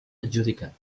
adjudicat